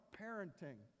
parenting